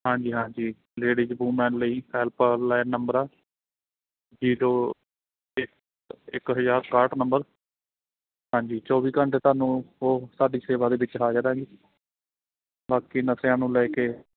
ਹਾਂਜੀ ਹਾਂਜੀ ladies women ਲਈ ਹੈਲਪ ਲੈਨ ਨੰਬਰ ਜੀਰੋ ਇੱਕ ਇੱਕ ਹਜ਼ਾਰ ਸਤਾਹਠ ਨੰਬਰ ਹਾਂਜੀ ਚੌਵੀ ਘੰਟੇ ਤੁਹਾਨੂੰ ਉਹ ਤੁਹਾਡੀ ਸੇਵਾ ਦੇ ਵਿੱਚ ਹਾਜ਼ਰ ਆ ਜੀ ਬਾਕੀ ਨਸ਼ਿਆਂ ਨੂੰ ਲੈ ਕੇ